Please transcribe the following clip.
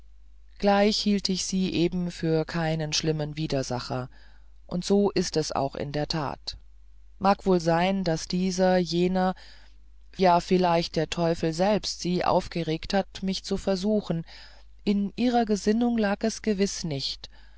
gleich hielt ich sie eben für keinen schlimmen widersacher und so ist es auch in der tat wohl mag es sein daß dieser jener ja vielleicht der teufel selbst sie aufgeregt hat mich zu versuchen in ihrer gesinnung lag es gewiß nicht